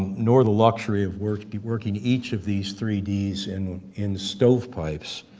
nor the luxury of working working each of these three d's in in stove pipes,